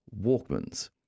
Walkmans